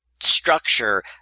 structure